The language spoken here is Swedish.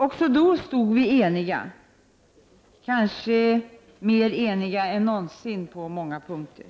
Också då stod vi eniga — kanske mer eniga än någonsin på många punkter.